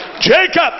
jacob